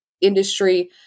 industry